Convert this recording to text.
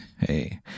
Hey